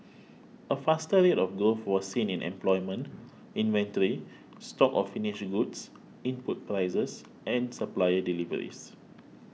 a faster rate of growth was seen in employment inventory stocks of finished goods input prices and supplier deliveries